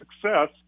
success